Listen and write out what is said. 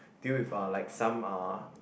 deal with uh like some uh